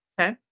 Okay